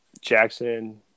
Jackson